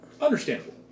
understandable